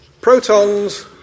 protons